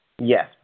Yes